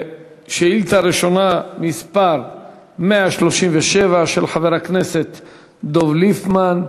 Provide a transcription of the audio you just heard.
שאילתה ראשונה, מס' 137, של חבר הכנסת דב ליפמן: